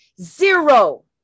Zero